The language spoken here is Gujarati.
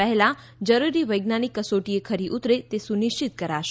પહેલા જરૂરી વૈજ્ઞાનીક કસોટીએ ખરી ઉતરે તે સુનિશ્ચિત કરાશે